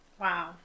wow